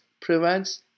prevents